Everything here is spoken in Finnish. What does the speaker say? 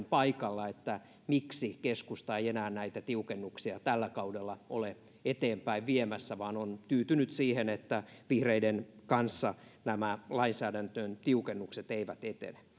paikalla miksi keskusta ei enää näitä tiukennuksia tällä kaudella ole eteenpäin viemässä vaan on tyytynyt siihen että vihreiden kanssa nämä lainsäädännön tiukennukset eivät etene